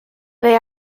they